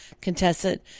contestant